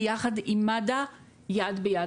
היא יחד עם מד"א יד ביד.